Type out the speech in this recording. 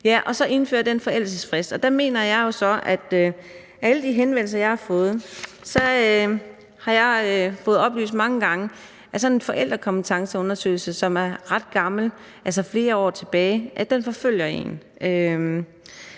vi indføre den forældelsesfrist. Af alle de henvendelser, jeg har fået, har jeg fået oplyst mange gange, at sådan en forældrekompetenceundersøgelse, som er ret gammel, altså ligger flere år tilbage, forfølger en.